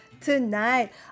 tonight